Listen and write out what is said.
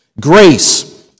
Grace